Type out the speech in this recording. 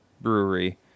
Brewery